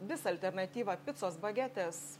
visą alternatyvą picos bagetės